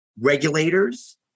regulators